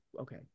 okay